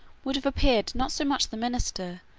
would have appeared not so much the minister,